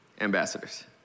ambassadors